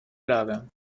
lager